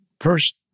first